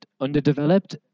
underdeveloped